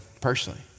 personally